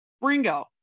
Ringo